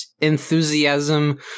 enthusiasm